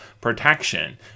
protection